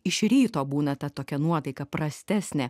iš ryto būna ta tokia nuotaika prastesnė